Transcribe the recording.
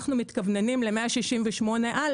אנחנו מתכוונים ל-168א'